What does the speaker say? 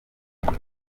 mvuga